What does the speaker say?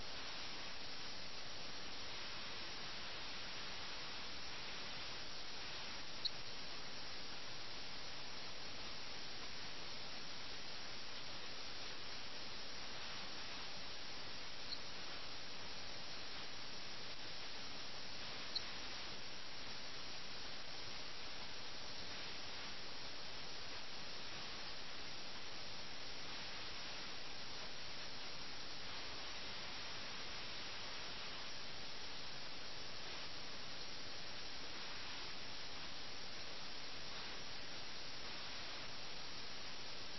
എന്നാൽ അവർ അത് ചെയ്യുന്നില്ല അവർ അന്യോന്യം തങ്ങളുടെ ബഹുമാനത്തിന് വേണ്ടി പോരാടുന്നു അവർ തങ്ങളുടെ സ്വന്ത താല്പര്യത്തിന് വേണ്ടി പോരാടുന്നു അവരുടെ വ്യക്തിപരമായ ബഹുമാനത്തിന് വേണ്ടി പോരാടുന്നു അക്കാലത്ത് എല്ലാവരും വാളോ കഠാരയോ ഉപയോഗിച്ച് സജ്ജരായിരുന്നു രണ്ട് സുഹൃത്തുക്കളും സുഖപ്രിയരായിരുന്നു എന്നാൽ ഭീരുക്കളായിരുന്നില്ല